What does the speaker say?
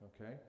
Okay